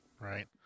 Right